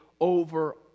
over